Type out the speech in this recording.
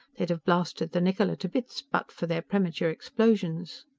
they'd have blasted the niccola to bits but for their premature explosions.